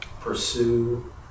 pursue